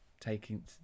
taking